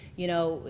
you know,